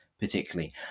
particularly